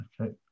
okay